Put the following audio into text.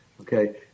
Okay